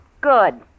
Good